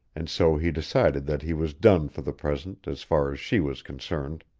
and so he decided that he was done for the present as far as she was concerned.